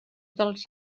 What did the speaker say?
dels